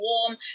warm